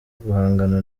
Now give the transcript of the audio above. guhangana